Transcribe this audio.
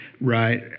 right